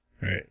Right